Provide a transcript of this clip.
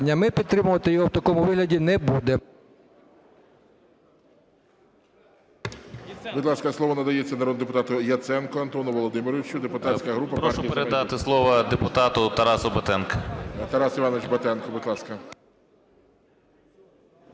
Ми підтримувати його в такому вигляді не будемо.